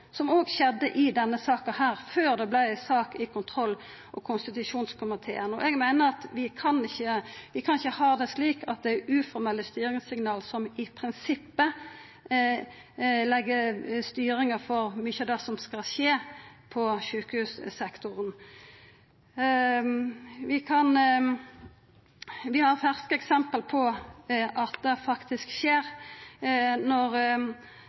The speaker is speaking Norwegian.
som også skjedde i denne saka før det vart ei sak i kontroll- og konstitusjonskomiteen. Eg meiner vi ikkje kan ha det slik at det er uformelle styringssignal som i prinsippet legg styringa for mykje av det som skal skje på sjukehussektoren. Vi har ferske eksempel på at det faktisk skjer.